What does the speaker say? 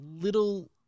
little